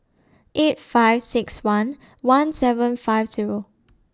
eight five six one one seven five Zero